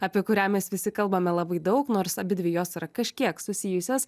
apie kurią mes visi kalbame labai daug nors abidvi jos yra kažkiek susijusios